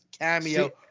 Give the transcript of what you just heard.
cameo